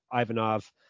Ivanov